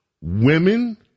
Women